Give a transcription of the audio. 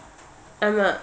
ah ma